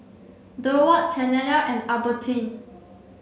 Durward Chanelle and Albertine